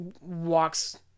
walks